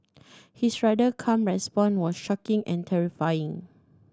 his rather calm response was shocking and terrifying